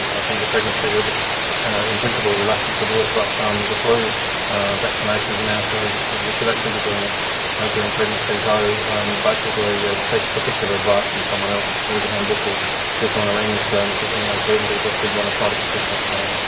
i think the pregnancy, we're just in principle reluctant to do it, but um the flu vaccinations and now show that we should actually be doing it during pregnancy, so basically yeah seek particular advice from someone else, read the handbook or give someone a ring if there's any uncertainty, but you'd want to try to protect that child.